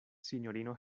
sinjorino